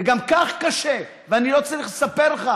וגם כך קשה, ואני לא צריך לספר לך